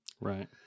Right